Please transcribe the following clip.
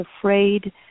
afraid